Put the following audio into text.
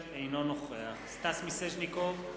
אינו נוכח סטס מיסז'ניקוב,